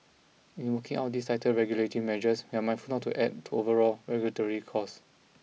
in working out these tighter regulatory measures we're mindful not to add to overall regulatory costs